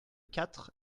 quatre